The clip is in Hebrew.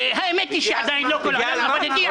האמת היא שעדיין לא כל העולם יודע.